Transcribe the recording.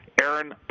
Aaron